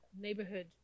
neighborhood